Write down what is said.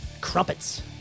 Crumpets